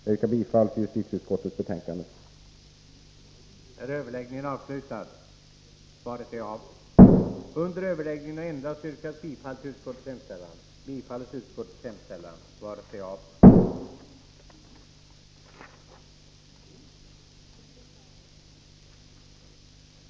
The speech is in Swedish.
Jag yrkar bifall till justitieutskottets hemställan i dess betänkande 5.